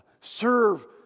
serve